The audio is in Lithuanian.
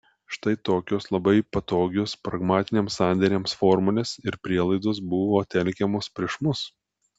štai tokios labai patogios pragmatiniams sandėriams formulės ir prielaidos buvo telkiamos prieš mus